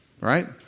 right